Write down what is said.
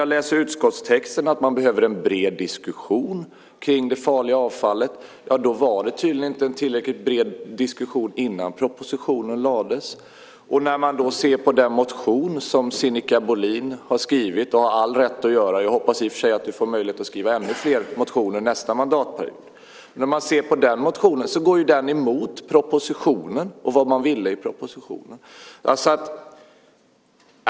Jag läser i utskottstexterna att man behöver en bred diskussion om det farliga avfallet. Då var det tydligen inte en tillräckligt bred diskussion innan propositionen lades fram. Sinikka Bohlin har skrivit en motion som hon har all rätt att göra, och jag hoppas att hon får möjlighet att skriva ännu fler motioner under nästa mandatperiod. Den motionen går mot propositionen och mot det man ville i propositionen.